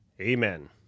Amen